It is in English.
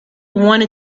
wanted